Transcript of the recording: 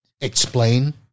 explain